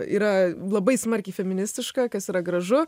yra labai smarkiai femistiška kas yra gražu